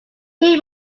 too